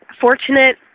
fortunate